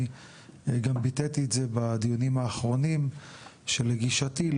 אני גם ביטאתי את זה בדיונים האחרונים שלגישתי,